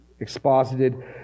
exposited